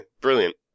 brilliant